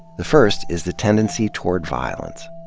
the first is the tendency toward violence.